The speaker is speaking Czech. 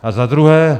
A za druhé.